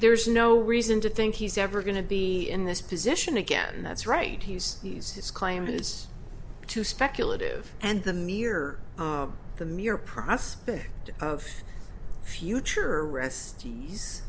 there's no reason to think he's ever going to be in this position again that's right he's he's his claim is too speculative and the mere the mere prospect of future arrest